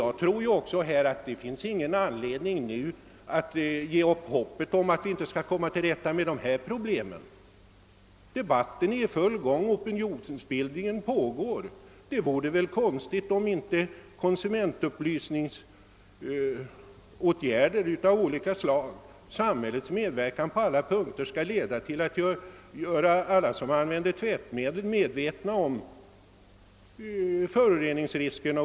Jag tror inte att det finns någon anledning att ge upp hoppet om att vi skall komma till rätta med dessa problem. Debatten är i full gång och opinionsbildningen pågår. Det vore väl konstigt om inte konsumentupplysningsåtgärder av olika slag och samhällets medverkan på alla punkter skulle leda till att alla som använder tvättmedel blir medvetna om föroreningsriskerna.